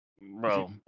Bro